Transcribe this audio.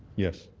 yes.